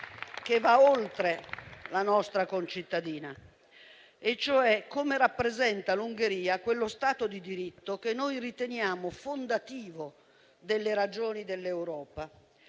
che va oltre la nostra concittadina, e cioè come l'Ungheria rappresenti quello Stato di diritto che noi riteniamo fondativo delle ragioni dell'Europa